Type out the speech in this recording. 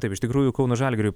taip iš tikrųjų kauno žalgiriui